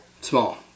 Small